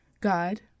God